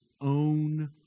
own